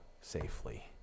safely